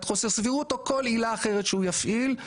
חוסר סבירות או כל עילה אחרת שהוא יפעיל,